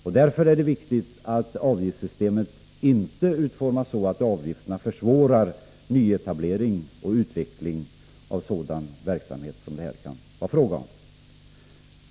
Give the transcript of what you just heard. Och därför är det viktigt att avgiftssystemet inte utformas så, att avgifterna försvårar nyetablering och utveckling av sådan verksamhet som det här kan gälla.